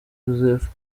joseph